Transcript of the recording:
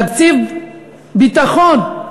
תקציב הביטחון,